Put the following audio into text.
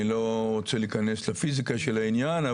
אני לא רוצה להיכנס לפיזיקה של העניין,